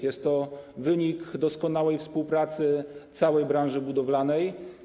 Jest to wynik doskonałej współpracy całej branży budowlanej.